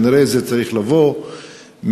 כנראה זה צריך לבוא ממאבק